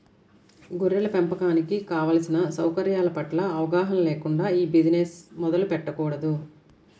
గొర్రెల పెంపకానికి కావలసిన సౌకర్యాల పట్ల అవగాహన లేకుండా ఈ బిజినెస్ మొదలు పెట్టకూడదు